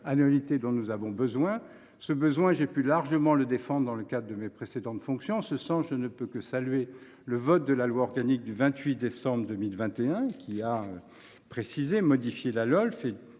pluriannualité dont nous avons besoin. Ce besoin, j’ai pu largement le rappeler dans le cadre de mes précédentes fonctions. En ce sens, je ne peux que saluer le vote de la loi organique du 28 décembre 2021, qui a précisé et modifié la Lolf et